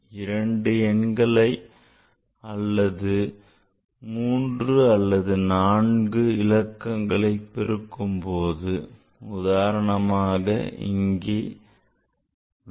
இரண்டு எண்களை அல்லது மூன்று அல்லது நான்கு இலக்கங்களைக் பெருக்கும்போது உதாரணமாக இங்கே நான்